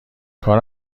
کار